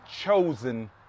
chosen